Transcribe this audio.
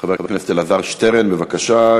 חבר הכנסת אלעזר שטרן, בבקשה.